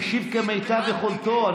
הוא השיב כמיטב יכולתו,